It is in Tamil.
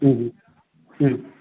ம் ம் ம்